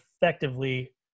effectively